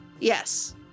Yes